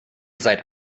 seid